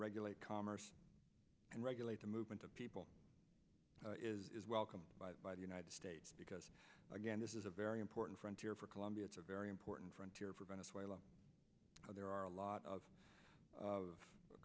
regulate commerce and regulate the movement of people is welcomed by the united states because again this is a very important front here for colombia it's a very important frontier for venezuela there are a lot of of